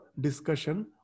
discussion